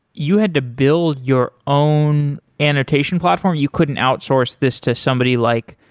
you had to build your own annotation platform. you couldn't outsource this to somebody like,